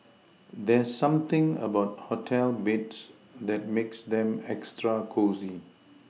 there's something about hotel beds that makes them extra cosy